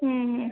हं हं